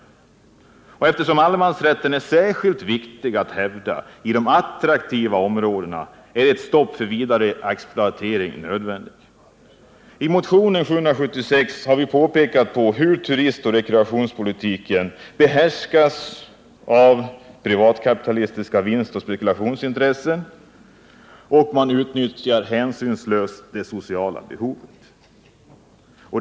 Eftersom det är särskilt viktigt att hävda denna rätt i de attraktiva områdena är ett stopp för exploatering nödvändigt. I motionen har vi pekat på hur turistoch rekreationspolitiken behärskas av privatkapitalistiska vinstoch spekulationsintressen. Man utnyttjar hänsynslöst det sociala behovet.